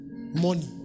Money